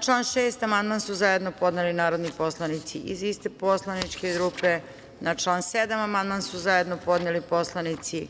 član 6. amandman su zajedno podneli narodni poslanici iz iste poslaničke grupe. Na član 7. amandman su zajedno podneli poslanici